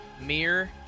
Mirror